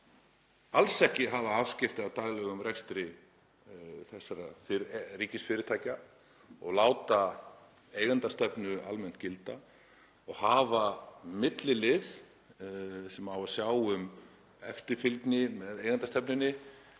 alls ekki að hafa afskipti af daglegum rekstri þessara ríkisfyrirtækja og láta eigendastefnu almennt gilda og hafa millilið sem á að sjá um eftirfylgni með eigendastefnunni